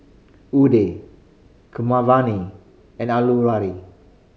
Udai Keeravani and Alluri